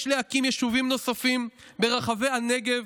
יש להקים יישובים נוספים ברחבי הנגב,